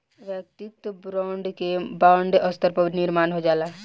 वैयक्तिक ब्रांड के बड़ स्तर पर निर्माण हो जाला